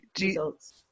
results